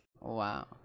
Wow